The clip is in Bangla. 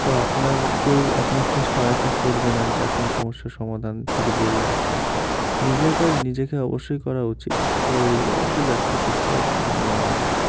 তো আপনার কেউ আপনাকে সহায়তা করবে না যে আপনি সমস্যার সমাধান থেকে বেরিয়ে আসবেন নিজের কাজ নিজেকে অবশ্যই করা উচিত তো এগুলো আর কি ব্যাখ্যা করতে বলা হয়েছে